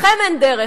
לכם אין דרך,